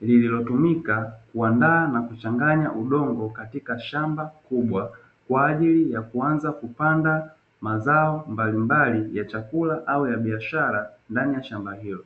lililotumika kuandaa na kuchanganya udongo katika shamba kubwa kwa ajili ya kuanza kupanda mazao mbalimbali ya chakula au ya biashara ndani ya shamba hilo.